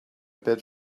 bit